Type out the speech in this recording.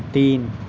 تین